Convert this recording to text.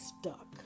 stuck